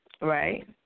Right